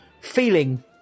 feeling